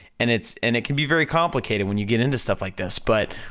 and it's, and it can be very complicated when you get into stuff like this, but,